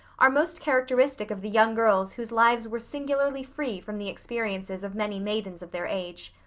are most characteristic of the young girls whose lives were singularly free from the experiences of many maidens of their age.